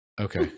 okay